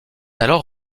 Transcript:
alors